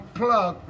plug